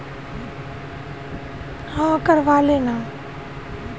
तुम उधार देने से पहले ज़मानत बॉन्ड तैयार करवा लेना